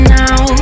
now